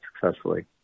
successfully